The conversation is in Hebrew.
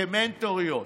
כמנטוריות.